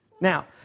Now